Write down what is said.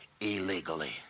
illegally